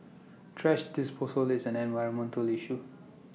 thrash disposal is an environmental issue